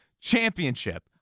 championship